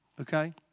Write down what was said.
okay